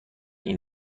این